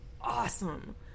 awesome